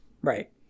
Right